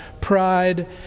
pride